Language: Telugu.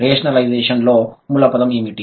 రేషనలైజషన్ లో మూల పదం ఏమిటి